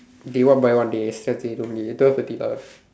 they one by one they just say don't leave eh twelve thirty lah